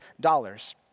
dollars